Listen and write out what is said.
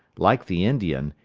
like the indian,